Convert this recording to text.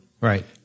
Right